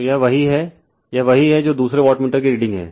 तो यह वही है यह वही है जो दूसरे वाटमीटर की रीडिंग है